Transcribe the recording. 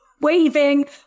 waving